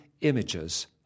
images